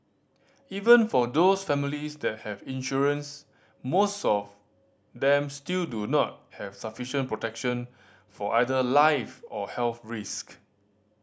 even for those families that have insurance most of them still do not have sufficient protection for either life or health risk